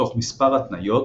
תוך מספר התניות,